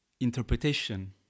interpretation